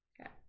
Okay